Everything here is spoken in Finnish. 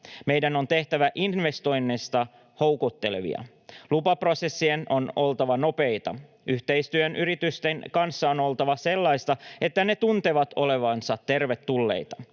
Meidän on tehtävä investoinneista houkuttelevia. Lupaprosessien on oltava nopeita. Yhteistyön yritysten kanssa on oltava sellaista, että ne tuntevat olevansa tervetulleita.